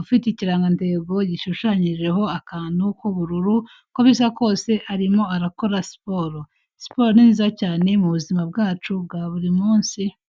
ufite ikirangantengo gishushanyijeho akantu k'ubururu, uko bisa kose arimo arakora siporo, siporo ni nziza cyane mu buzima bwacu bwa buri munsi.